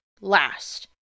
last